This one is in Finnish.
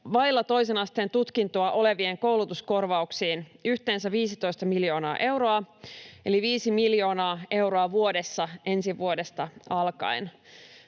vailla toisen asteen tutkintoa olevien koulutuskorvauksiin yhteensä 15 miljoonaa euroa eli 5 miljoonaa euroa vuodessa ensi vuodesta alkaen.